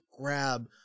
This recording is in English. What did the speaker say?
grab